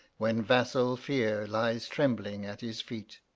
when vassel fear lies trembling at his feet.